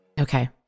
Okay